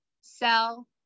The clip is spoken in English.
sell